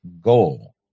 goal